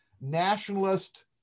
nationalist